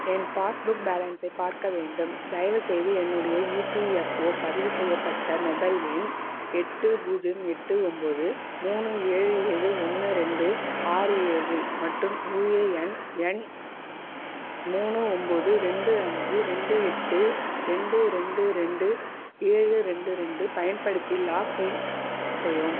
என் passbook பேலன்ஸை பார்க்க வேண்டும் தயவுசெய்து என்னுடைய இபிஎஃப்ஒ பதிவு செய்யப்பட்ட மொபைல் எண் எட்டு பூஜ்ஜியம் எட்டு ஒம்போது மூணு ஏழு ஏழு ஒன்று ரெண்டு ஆறு ஏழு மற்றும் யுஏஎன் எண் மூணு ஒம்போது ரெண்டு அஞ்சு ரெண்டு எட்டு ரெண்டு ரெண்டு ரெண்டு ஏழு ரெண்டு ரெண்டு பயன்படுத்தி லாக்இன் செய்யவும்